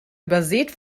übersät